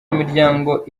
imiryango